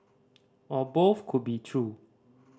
or both could be true